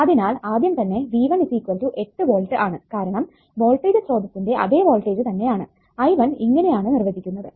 അതിനാൽ ആദ്യം തന്നെ V1 8 വോൾട്ട് ആണ് കാരണം വോൾടേജ് സ്രോതസ്സിന്റെ അതെ വോൾടേജ് തന്നെ ആണ് I1 ഇങ്ങനെ ആണ് നിർവചിച്ചിരിക്കുന്നതു